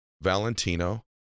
Valentino